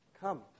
Come